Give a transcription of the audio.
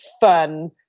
fun